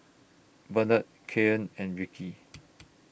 Bernard Kailyn and Ricky